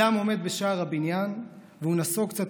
אדם עומד בשער הבניין והוא נסוג קצת